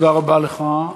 תודה רבה לך,